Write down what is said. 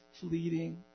fleeting